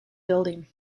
building